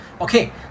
Okay